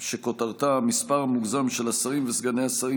כותרתה: מספר מוגזם של השרים וסגני השרים